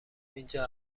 اینجا